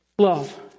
love